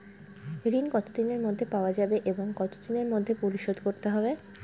ঋণ কতদিনের মধ্যে পাওয়া যাবে এবং কত দিনের মধ্যে পরিশোধ করতে হবে?